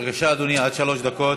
בבקשה, אדוני, עד שלוש דקות.